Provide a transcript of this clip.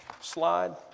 slide